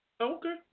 Okay